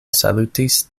salutis